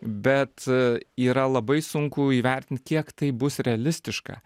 bet yra labai sunku įvertint kiek tai bus realistiška